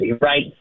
right